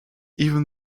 even